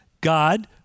God